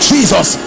Jesus